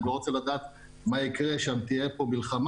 אני לא רוצה לדעת מה יקרה כשתהיה פה מלחמה,